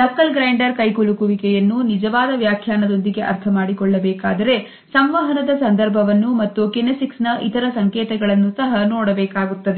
ನಕಲ್ grinder ಕೈಕುಲುಕು ವಿಕೆ ಯನ್ನು ನಿಜವಾದ ವ್ಯಾಖ್ಯಾನದೊಂದಿಗೆ ಅರ್ಥಮಾಡಿಕೊಳ್ಳಬೇಕಾದರೆ ಸಂವಹನದ ಸಂದರ್ಭವನ್ನು ಮತ್ತು ಕಿನೆಸಿಕ್ಸ್ ನ ಇತರ ಸಂಕೇತಗಳನ್ನು ಸಹ ನೋಡಬೇಕಾಗುತ್ತದೆ